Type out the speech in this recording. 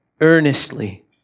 Earnestly